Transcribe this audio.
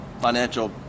financial